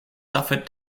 suffered